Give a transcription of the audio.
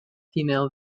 female